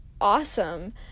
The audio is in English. awesome